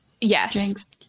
yes